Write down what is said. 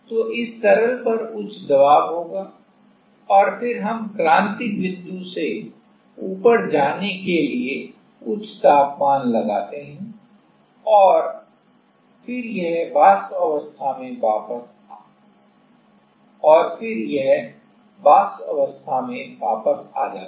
तो इस तरल पर उच्च दबाव होगा और फिर हम क्रांतिक बिंदु से ऊपर जाने के लिए उच्च तापमान लगाते हैं और फिर यह वाष्प अवस्था में वापस आ जाता है